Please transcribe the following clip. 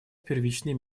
первичной